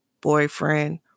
boyfriend